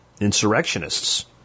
insurrectionists